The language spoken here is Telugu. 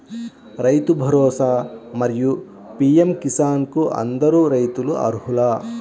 రైతు భరోసా, మరియు పీ.ఎం కిసాన్ కు అందరు రైతులు అర్హులా?